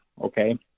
okay